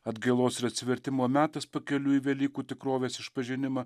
atgailos ir atsivertimo metas pakeliui į velykų tikrovės išpažinimą